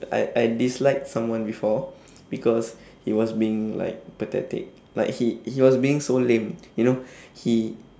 I I dislike someone before because he was being like pathetic like he he was being so lame you know he